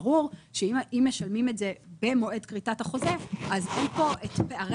ברור שאם משלמים את זה במועד כריתת החוזה אז אין פה את פערי